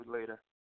later